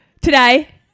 today